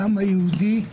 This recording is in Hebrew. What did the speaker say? העם היהודי,